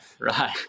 Right